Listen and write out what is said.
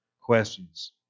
questions